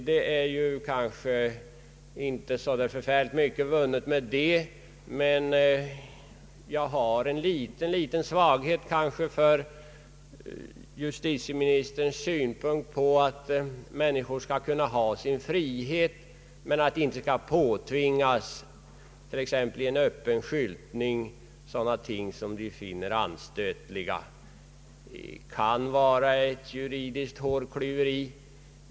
Det är inte så förfärligt mycket vunnet med det, men jag har en liten svaghet för justitieministerns uppfattning att människor skall ha sin frihet men att de, t.ex. genom en öppen skyltning, inte skall påtvingas sådant som de kan finna anstötligt. Det kan vara ett juridiskt hårklyveri.